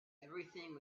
everything